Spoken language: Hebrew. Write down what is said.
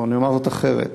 או נאמר זאת אחרת: